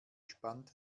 spannt